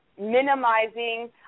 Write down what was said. minimizing